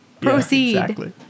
Proceed